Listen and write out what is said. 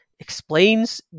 explains